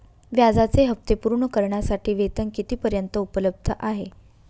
व्याजाचे हप्ते पूर्ण करण्यासाठी वेतन किती पर्यंत उपलब्ध आहे?